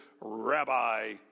Rabbi